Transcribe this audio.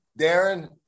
Darren